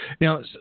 Now